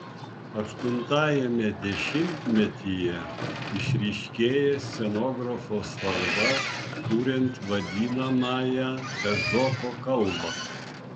aštuntajame dešimtmetyje išryškėja scenografo svarba kuriant vadinamąją ezopo kalbą